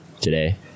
today